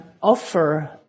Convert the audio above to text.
offer